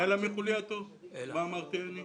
אלא מחולייתו מה אני אמרתי?